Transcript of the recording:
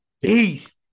beast